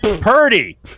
Purdy